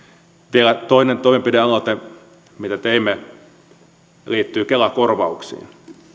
vielä toinen toimenpidealoite mitä teimme liittyy kela korvauksiin